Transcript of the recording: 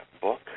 book